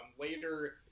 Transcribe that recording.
later